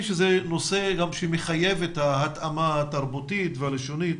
שזה נושא שמחייב את ההתאמה התרבותית והלשונית.